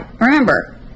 remember